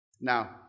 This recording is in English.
Now